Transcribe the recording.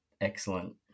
excellent